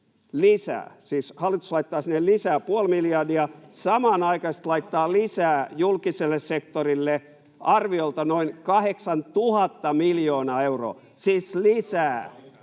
lisää, siis laittaa sinne lisää, puoli miljardia [Vasemmalta: Leikkaa!] ja samanaikaisesti laittaa lisää julkiselle sektorille arviolta noin 8 000 miljoonaa euroa, siis lisää